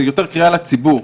זה יותר קריאה לציבור.